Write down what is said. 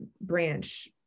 branch